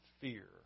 fear